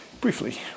briefly